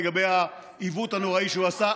לגבי העיוות הנוראי שהוא עשה.